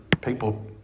People